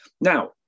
Now